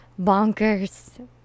Bonkers